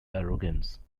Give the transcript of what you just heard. arrogance